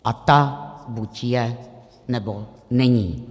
A ta buď je, nebo není.